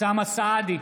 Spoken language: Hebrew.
אוסאמה סעדי,